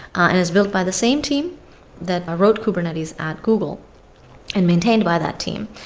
and it's built by the same team that ah wrote kubernetes at google and maintained by that team.